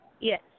Yes